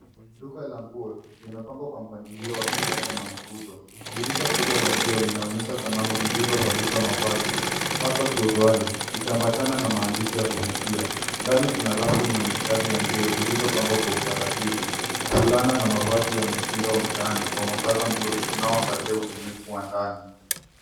Duka la nguo yamepangwa kwa mpangilio wa kisasa na mvuto, dirisha kubwa la kio linaonyesha sanamu zilizo valishwa mavazi hasa suruali ikiambatana na maandishi ya kuvutia. Ndani kuna rafu na mistari ya nguo zilizopangwa kwa utaratibu. Fulana na mavazi ya mtindo wa mtaani kwa mwangaza mzuri unaoangazia ubunifu wa ndani